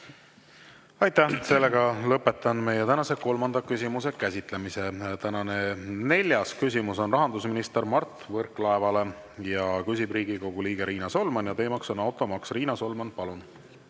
Aitäh! Lõpetan meie tänase kolmanda küsimuse käsitlemise. Tänane neljas küsimus on rahandusminister Mart Võrklaevale, küsib Riigikogu liige Riina Solman ja teema on automaks. Riina Solman, palun!